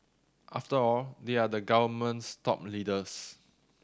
after all they are the government's top leaders